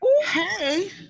Hey